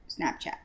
Snapchat